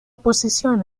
posición